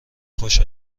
خوش